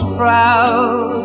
proud